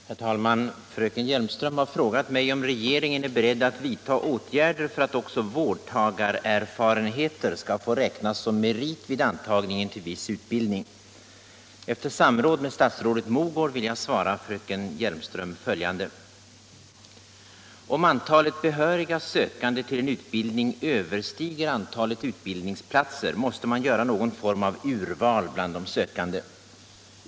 Herr talman! Fröken Hjelmström har frågat mig om regeringen är beredd att vidta åtgärder för att också vårdtagarerfarenheter skall få räknas som merit vid antagningen till viss utbildning. Efter samråd med statsrådet Mogård vill jag svara fröken Hjelmström följande. Om antalet behöriga sökande till en utbildning överstiger antalet utbildningsplatser, måste man göra någon form av urval bland de sökande.